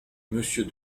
monsieur